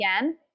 again